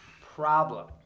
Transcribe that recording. problem